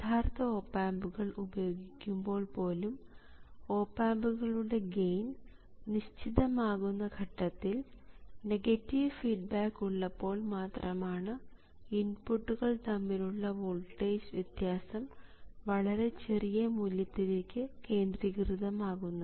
യഥാർത്ഥ ഓപ് ആമ്പുകൾ ഉപയോഗിക്കുമ്പോൾ പോലും ഓപ് ആമ്പുകളുടെ ഗെയിൻ നിശ്ചിതം ആകുന്ന ഘട്ടത്തിൽ നെഗറ്റീവ് ഫീഡ്ബാക്ക് ഉള്ളപ്പോൾ മാത്രമാണ് ഇൻപുട്ടുകൾ തമ്മിലുള്ള വോൾട്ടേജ് വ്യത്യാസം വളരെ ചെറിയ മൂല്യത്തിലേക്ക് കേന്ദ്രീകൃതം ആകുന്നത്